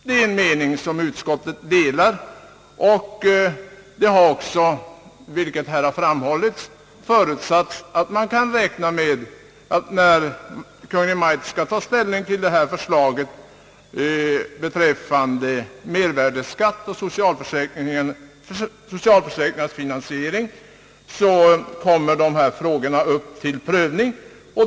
Det är en mening som utskottet delar, och såsom här framhållits har det förutsatts att när Kungl. Maj:t skall ta ställning till förslaget om mervärdeskatt och socialförsäkringens finansiering kommer också dessa frågor upp till prövning.